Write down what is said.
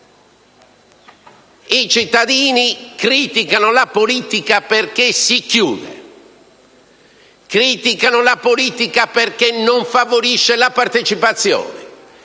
I cittadini criticano la politica perché si chiude. Criticano la politica perché non favorisce la partecipazione.